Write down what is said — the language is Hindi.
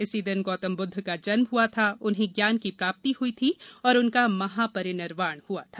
इसी दिन गौतम बुद्ध का जन्म ह्आ था उन्हें ज्ञान की प्राप्ति हई थी और उनका महा परिनिर्वाण हआ था